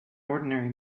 ordinary